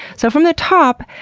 so from the top,